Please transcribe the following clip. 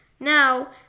Now